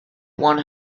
one